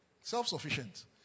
self-sufficient